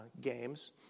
games